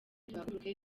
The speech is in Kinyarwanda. duhaguruke